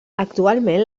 actualment